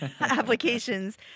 applications